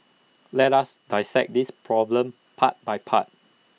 let us dissect this problem part by part